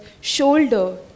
shoulder